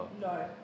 No